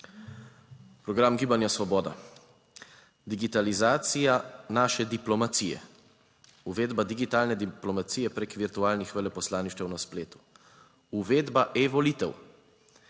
Program Gibanja Svoboda, digitalizacija naše diplomacije, uvedba digitalne diplomacije preko virtualnih veleposlaništev na spletu, uvedba e volitev,